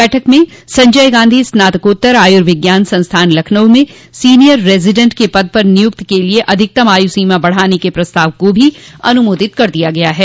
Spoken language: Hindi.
बैठक में संजय गांधी स्नातकोत्तर आयुर्विज्ञान संस्थान लखनऊ में सीनियर रेजिडेन्ट के पद पर नियुक्ति के लिये अधिकतम आयु सीमा बढ़ाने के प्रस्ताव को भी अनुमोदित कर दिया गया है